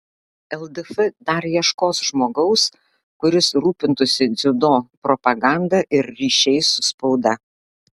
ldf dar ieškos žmogaus kuris rūpintųsi dziudo propaganda ir ryšiais su spauda